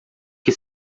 que